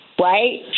right